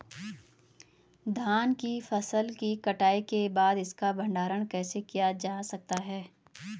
धान की फसल की कटाई के बाद इसका भंडारण कैसे किया जा सकता है?